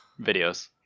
videos